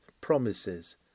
promises